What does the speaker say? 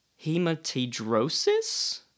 hematidrosis